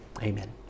Amen